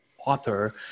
author